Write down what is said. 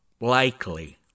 likely